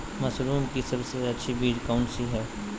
Mushroom की सबसे अच्छी बीज कौन सी है?